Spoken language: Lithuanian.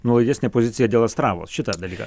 nuolaidesnė pozicija dėl astravo šitą dalyką